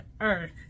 earth